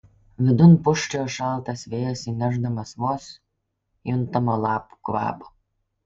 vidun pūsčiojo šaltas vėjas įnešdamas vos juntamo lapų kvapo